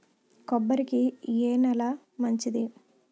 కొబ్బరి కి ఏ నేల మంచిది?